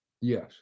Yes